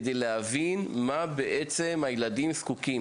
כדי להבין מה בעצם הילדים זקוקים.